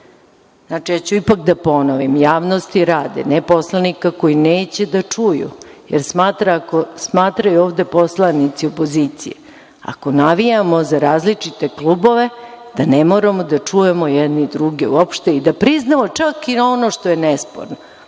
ja ću ipak da ponovim. Javnosti radi, a ne poslanika koji neće da čuju, jer smatraju ovde poslanici opozicije ako navijamo za različite klubove da ne moramo da čujemo jedni druge uopšte i da je priznamo čak i ono što je nesporno,